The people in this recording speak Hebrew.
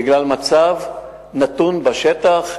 בגלל מצב נתון בשטח,